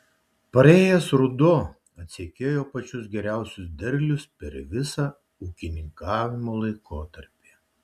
praėjęs ruduo atseikėjo pačius geriausius derlius per visą ūkininkavimo laikotarpį